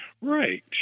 Right